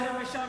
היה לכם משעמם,